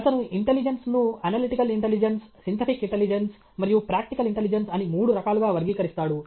అతను ఇంటెలిజెన్స్ను analytical intelligence synthetic intelligence మరియు ప్రాక్టికల్ ఇంటెలిజెన్స్ అని మూడు రకాలుగా వర్గీకరిస్తాడు